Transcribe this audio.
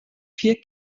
vier